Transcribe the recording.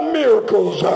miracles